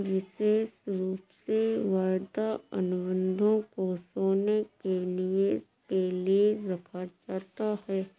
विशेष रूप से वायदा अनुबन्धों को सोने के निवेश के लिये रखा जाता है